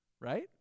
right